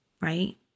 right